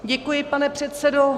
Děkuji, pane předsedo.